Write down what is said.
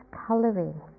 coloring